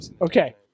okay